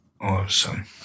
Awesome